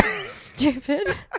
stupid